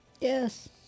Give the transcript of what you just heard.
Yes